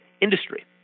industry